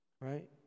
Right